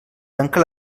tanca